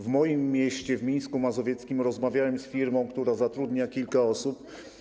W moim mieście, w Mińsku Mazowieckim, rozmawiałem z firmą, która zatrudnia kilka osób.